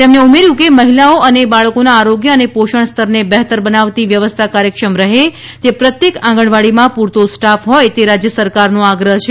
તેમને ઉમેર્યું હતું કે મહિલા અને બાળકો ના આરોગ્ય અને પોષણ સ્તર ને બહેતર બનાવતી વ્યવસ્થા કાર્યક્ષમ રહે તે પ્રત્યેક આંગણવાડી માં પૂરતો સ્ટાફ હોય તે રુપાણી સરકાર નો આગ્રહ છે